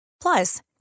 Plus